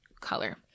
color